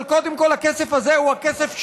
אבל קודם כול הכסף הזה הוא הכסף שלנו,